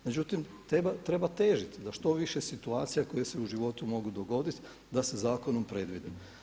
Međutim treba težiti da što više situacija koje se u životu mogu dogoditi da se zakonom predvide.